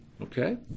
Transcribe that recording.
Okay